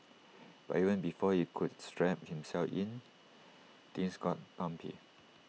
but even before he could strap himself in things got bumpy